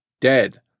dead